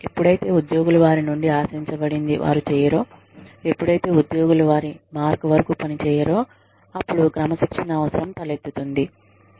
ఎపుడైతే ఉద్యోగులు వారి నుండి ఆశించబడింది వారు చేయరో ఎపుడైతే ఉద్యోగులు వారి మార్క్ వరకు పని చేయరో అపుడు క్రమశిక్షణ అవసరం తలెత్తుతుంది